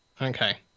Okay